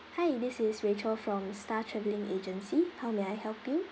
hi this is rachel from star travelling agency how may I help you